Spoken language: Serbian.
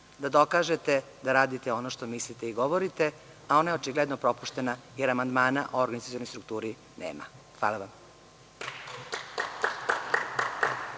da dokažete da radite ono što mislite i govorite a ona je očigledno propuštena jer amandmana o organizacionoj strukturi nema. Hvala vam.